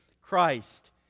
Christ